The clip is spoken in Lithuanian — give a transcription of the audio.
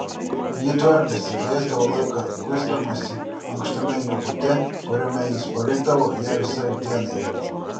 ji tvarkėsi leisdavo laiką kuisdamasi ankštame jų bute kuriame jis palikdavo ją visai dienai